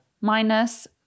Minus